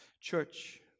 Church